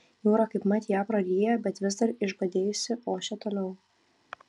jūra kaipmat ją praryja bet vis dar išbadėjusi ošia toliau